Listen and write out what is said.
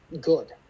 good